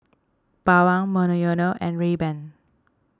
Bawang Monoyono and Rayban